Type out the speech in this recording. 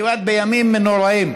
כמעט בימים נוראים,